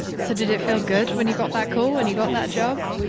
so did it feel good when you got that call and you got that job?